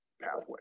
pathway